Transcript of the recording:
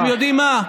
אתם ידועים מה?